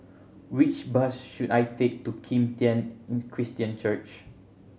which bus should I take to Kim Tian Christian Church